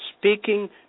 speaking